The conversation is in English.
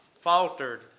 faltered